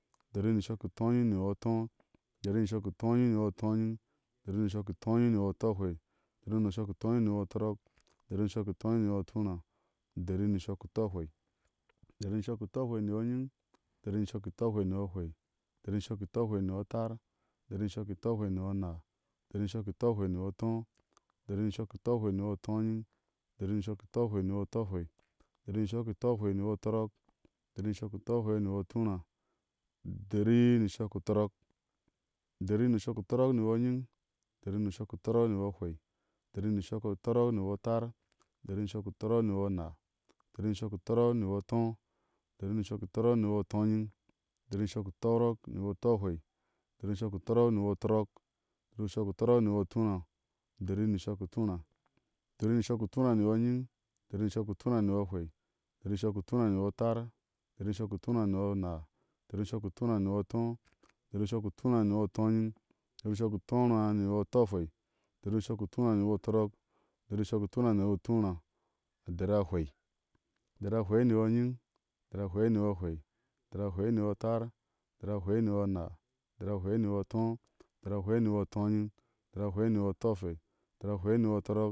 U dari ni shɔk i utóóanyiŋ ni yɔ ató. u dari ni shɔk i utóóanyiŋ ni yɔutooanyiŋ. u dari ni shɔk i utóóanyiŋ ni yɔutɔɔahwɛi. u dari ni shɔk i utóóanyiŋ ni yɔ utɔrɔk. u dari ni shɔk i utóóanyiŋ ni yɔuttuuraa, u dari ni shɔk i utɔɔahwei, u dari ni shɔk i utɔɔahwei ni yɔ anyiŋ, u dari ni shɔk i utɔɔahwei ni yɔ ahwei, u dari ni shɔk i utɔɔahwei ni yɔ atar, u dari ni shɔk i utɔɔahwei ni yɔ anaa, u dari ni shɔk i utɔɔahwei ni yɔ ató. u dari ni shɔk i utɔɔahwei ni yɔ utooanyiŋ. u dari ni shɔk i utɔɔahwei ni yɔ utɔɔahwɛi, u dari ni shɔk i utɔɔahwei ni yɔ utɔrɔk. u dari ni shɔk i utɔɔahwei ni yɔ utuuraa. u dari ni shɔk shɔkiutɔrɔk. u dari ni shɔk shɔkiutɔrɔk ni yɔ anyiŋ. u dari ni shɔk shɔkiutɔrɔk ni yɔ ahwei, u dari ni shɔk shɔkiutɔrɔk ni yɔ atar, u dari ni shɔk shɔkiutɔrɔk ni yɔ anaa, u dari ni shɔk shɔkiutɔrɔk ni yɔ ató, u dari ni shɔk shɔkiutɔrɔk ni yɔ utooanyiŋ. u dari ni shɔk shɔkiutɔrɔk ni yɔ utɔɔahwei. u dari ni shɔk shɔkiutɔrɔk ni yɔ utɔrɔk, u dari ni shɔk shɔkiutɔrɔk ni yɔ utuuraa. u dari ni shɔk i utúúráá. u dari ni shɔk i utúúráá ni yɔ anyiŋ, u dari ni shɔk i utúúráá ni yɔ ahwɛi. u dari ni shɔk i. utúúráá ni yɔ atar, u dari ni shɔk i utúúráá ni yɔ anaa. u dari ni shɔk i utúúráá ni yɔ ató. u dari ni shɔk i utúúráá ni yɔ utooanyin. u dari ni shɔk i utúúráá ni yɔ utɔɔahwei. u dari ni shɔk i utúúráá ni yɔutɔrɔk. u dari ni shɔk i utúúráá ni yɔ utuuraa. A dari ahwɛi. A dari ahwɛi ni yɔ anyiŋ. A dari ahwɛi ni yɔ ahwɛi. A dari ahwɛi ni yɔ atar, a dari ahwɛi ni yɔ anaa, a dari ahwɛi ni yɔ ató. A dari ahwɛi ni yɔ utooanyiŋ. A dari ahwɛi ni yɔ utɔɔhwɛi. A dari ahwɛi ni yɔ utɔrɔk.